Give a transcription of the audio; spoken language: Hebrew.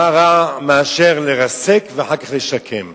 מה רע מאשר לרסק ואחר כך לשקם?